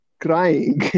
crying